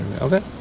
Okay